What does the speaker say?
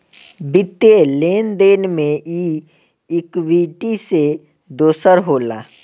वित्तीय लेन देन मे ई इक्वीटी से दोसर होला